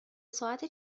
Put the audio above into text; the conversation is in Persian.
ساعت